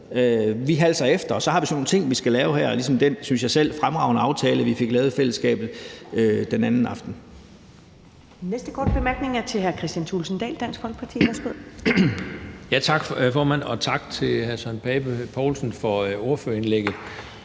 Vi halser efter. Og så har vi så nogle ting, vi skal lave her, ligesom den, synes jeg selv, fremragende aftale, vi fik lavet i fællesskab forleden aften.